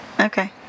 Okay